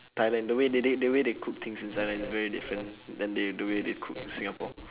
thailand the way they they the way they cook things in thailand is very different than they the way they cook in singapore